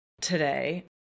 today